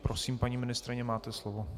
Prosím, paní ministryně, máte slovo.